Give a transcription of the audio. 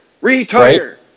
retire